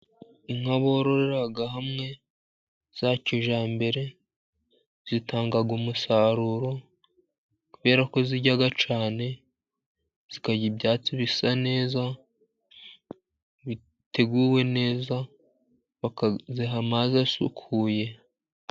Inka borore hamwe za kijambere zitanga umusaruro kubera ko zirya cyane, zikarya ibyatsi bisa neza biteguwe neza bakaziha amazi asukuye.